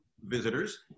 visitors